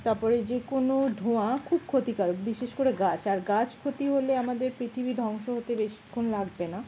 তারপরে যে কোনো ধোঁয়া খুব ক্ষতিকারক বিশেষ করে গাছ আর গাছ ক্ষতি হলে আমাদের পৃথিবী ধ্বংস হতে বেশিক্ষণ লাগবে না